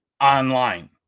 online